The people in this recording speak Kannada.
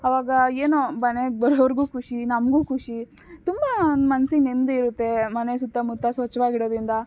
ಆವಾಗ ಏನೋ ಮನೆಗೆ ಬರೋರಿಗು ಖುಷಿ ನಮಗು ಖುಷಿ ತುಂಬ ಮನ್ಸಿಗೆ ನೆಮ್ಮದಿ ಇರುತ್ತೆ ಮನೆ ಸುತ್ತಮುತ್ತ ಸ್ವಚ್ಛವಾಗ್ ಇಡೋದರಿಂದ